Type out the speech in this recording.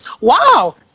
Wow